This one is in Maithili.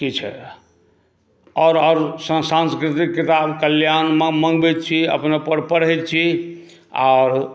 किछु आओर आओर सांस्कृतिक किताब कल्याण मँगबैत छी अपनो पढ़ैत छी आओर